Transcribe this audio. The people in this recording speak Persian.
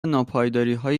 ناپایداریهای